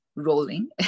rolling